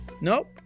Nope